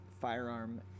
firearm